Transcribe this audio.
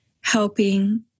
helping